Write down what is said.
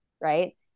right